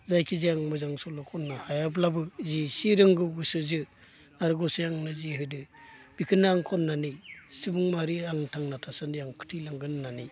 जायखिजाया आं मोजां सल' खननो हायाब्लाबो जि एसे रोंगौ गोसोजो आरो गसाइआ आंनो जि होदो बिखोनो आं खननानै सुबुं माहारिनो आं थांना थासान्दि खिथिलांगोन होननानै